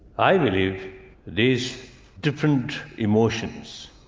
i believe these different emotions,